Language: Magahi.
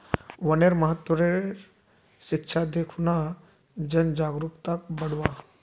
वनेर महत्वेर शिक्षा दे खूना जन जागरूकताक बढ़व्वा